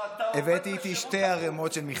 הבאתי איתי שתי ערמות של מכתבים.